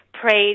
prayed